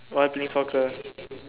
why playing soccer